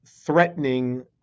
threatening